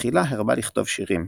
תחילה הרבה לכתוב שירים,